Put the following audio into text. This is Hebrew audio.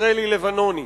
ישראלי לבנוני.